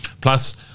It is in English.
Plus